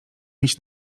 mieć